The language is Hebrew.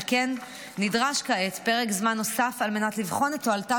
על כן נדרש כעת פרק זמן נוסף על מנת לבחון את תועלתה